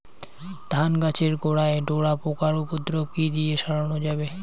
ধান গাছের গোড়ায় ডোরা পোকার উপদ্রব কি দিয়ে সারানো যাবে?